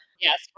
Yes